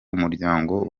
umuryango